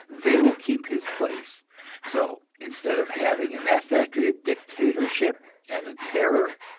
they will keep his place so, instead of having in that factory a dictatorship and a terror,